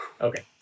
Okay